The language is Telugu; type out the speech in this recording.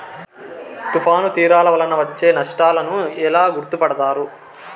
తుఫాను తీరాలు వలన వచ్చే నష్టాలను ఎలా గుర్తుపడతారు?